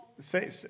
say